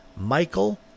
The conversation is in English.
Michael